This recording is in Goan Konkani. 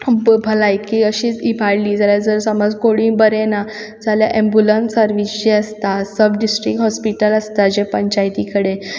ब भलायकी अशीच इबाडली जाल्यार जर समज कोणी बरें ना जाल्यार एम्बुलंस सरवीस जी आसा सब डिस्ट्रिक्ट हॉस्पिटल आसता जें पंचायती कडेन